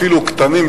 אפילו הקטנים,